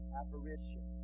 apparition